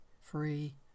free